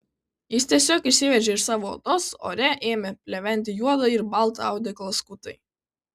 jis tiesiog išsiveržė iš savo odos ore ėmė pleventi juodo ir balto audeklo skutai